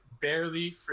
barely